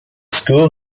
school